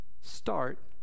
start